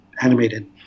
animated